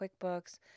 QuickBooks